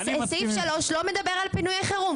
סעיף 3 לא מדבר על פינויי חירום.